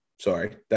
Sorry